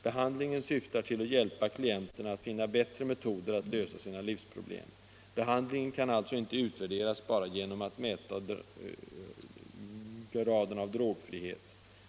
Behandlingen syftar till att hjälpa klienterna att finna bättre metoder att lösa sina livsproblem. Behandlingen kan alltså inte utvärderas bara genom att mäta graden av drogfrihet.